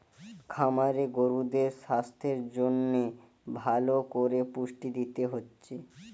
খামারে গরুদের সাস্থের জন্যে ভালো কোরে পুষ্টি দিতে হচ্ছে